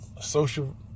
social